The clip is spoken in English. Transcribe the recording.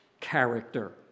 character